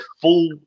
full